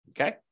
Okay